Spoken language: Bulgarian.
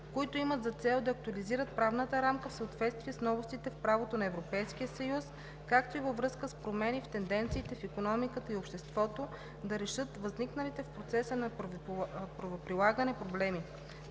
които имат за цел да актуализират правната рамка в съответствие с новостите в правото на Европейския съюз, както и във връзка с промени в тенденциите в икономиката и обществото да решат възникналите в процеса на правоприлагане проблеми.